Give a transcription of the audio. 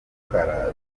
rukara